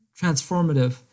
transformative